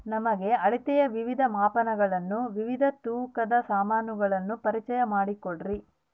ನಮಗೆ ಅಳತೆಯ ವಿವಿಧ ಮಾಪನಗಳನ್ನು ವಿವಿಧ ತೂಕದ ಸಾಮಾನುಗಳನ್ನು ಪರಿಚಯ ಮಾಡಿಕೊಡ್ರಿ?